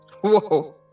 Whoa